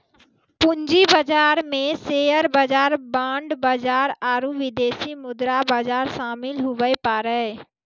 पूंजी बाजार मे शेयर बाजार बांड बाजार आरू विदेशी मुद्रा बाजार शामिल हुवै पारै